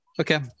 Okay